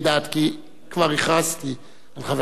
כי כבר הכרזתי על חבר הכנסת שטרית.